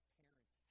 parents